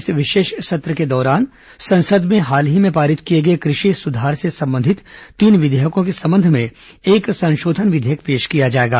इस विशेष सत्र के दौरान संसद में हाल ही में पारित किए गए कृषि सुधार से संबंधित तीन विधेयकों के संबंध में एक संशोधन विधेयक पेश किया जाएगा